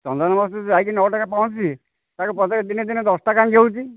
ଚନ୍ଦନ bus ଯାଇକି ନଅଟାରେ ପହଁଞ୍ଚୁଛି ତାକୁ ପଚାରିବ ଦିନେ ଦିନେ ଦଶଟା କାହିଁକି ହେଉଛି